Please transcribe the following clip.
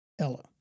Ella